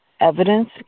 evidence